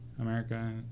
America